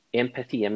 empathy